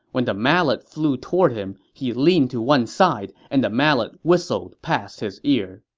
when the mallet flew toward him, he leaned to one side, and the mallet whistled past his ear.